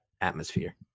atmosphere